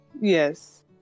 Yes